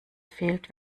fehlt